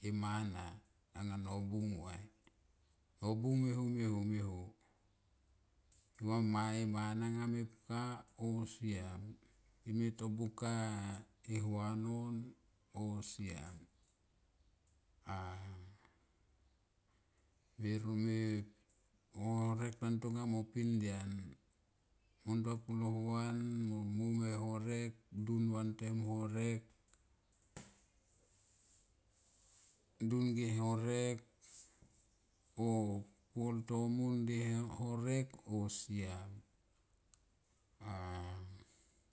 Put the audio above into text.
e mana anga nobung vai nobung me ho me ho me va mana nga mepka o siam ime to buka e nua mon o siam a me horek tan tonga mo pindian muntua pulo hua mo mom ha horek du vantem horek, dun ge horek o puol tomum de horek on siam a.